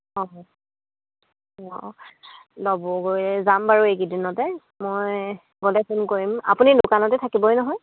অঁ অঁ ল'বগৈ যাম বাৰু এইকেইদিনতে মই গ'লে ফোন কৰিম আপুনি দোকানতে থাকিবই নহয়